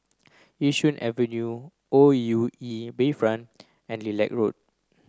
Yishun Avenue O U E Bayfront and Lilac Road